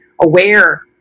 aware